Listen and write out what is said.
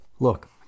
Look